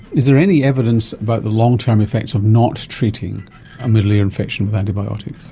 is there any evidence but the long-term effects of not treating a middle ear infection with antibiotics?